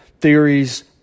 theories